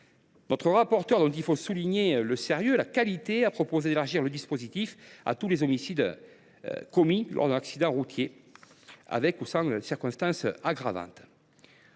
Notre rapporteur, dont il faut souligner le sérieux et la qualité des travaux, a proposé d’élargir le dispositif à tous les homicides commis lors d’un accident routier, avec ou sans circonstance aggravante.